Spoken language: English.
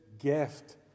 gift